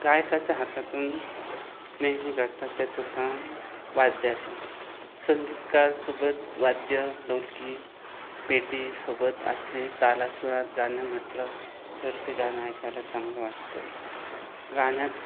गायकाच्या हातातून नेहमी घडतात त्या चुका वाद्याच्या संगीतकारासोबत वाद्य ढोलकी पेटी सोबत असली तालासुरात गाणं म्हटलं तर ते गाणं ऐकायला चांगलं वाटतं गाण्यात